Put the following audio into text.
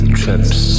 trips